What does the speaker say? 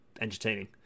entertaining